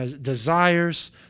desires